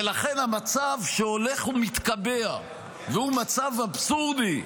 ולכן המצב שהולך ומתקבע והוא מצב אבסורדי,